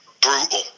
brutal